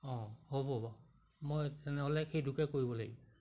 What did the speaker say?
অঁ হ'ব বাৰু মই তেনেহ'লে সেইটোকে কৰিব লাগিব